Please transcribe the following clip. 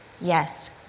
Yes